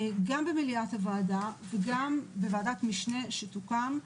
גם במליאת הוועדה וגם בוועדת המשנה שתוקם,